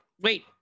wait